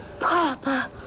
Papa